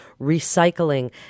recycling